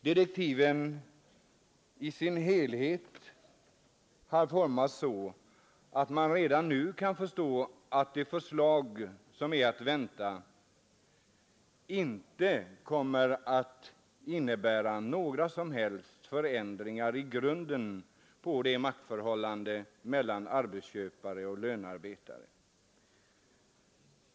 Direktiven i sin helhet har formats så, att man redan nu kan förstå att de förslag som är att vänta inte kommer att innebära några som helst förändringar i grunden när det gäller maktförhållandet mellan arbetsköpare och lönearbetare.